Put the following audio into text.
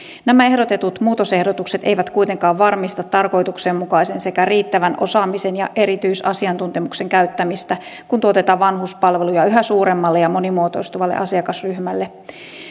nämä ehdotetut muutosehdotukset eivät kuitenkaan varmista tarkoituksenmukaisen sekä riittävän osaamisen ja erityisasiantuntemuksen käyttämistä kun tuotetaan vanhuspalveluja yhä suuremmalle ja monimuotoistuvalle asiakasryhmälle